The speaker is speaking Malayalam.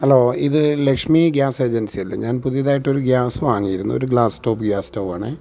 ഹലോ ഇത് ലക്ഷ്മി ഗ്യാസ് ഏജൻസി അല്ലേ ഞാൻ പുതിയതായിട്ട് ഒരു ഗ്യാസ് വാങ്ങിയിരുന്നു ഒരു ഗ്ലാസ് ടോപ്പ് ഗ്യാസ് സ്റ്റൗ ആണ്